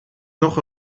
nog